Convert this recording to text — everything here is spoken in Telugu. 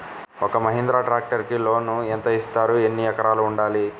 ఒక్క మహీంద్రా ట్రాక్టర్కి లోనును యెంత ఇస్తారు? ఎన్ని ఎకరాలు ఉండాలి?